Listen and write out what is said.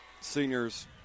seniors